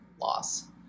loss